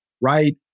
right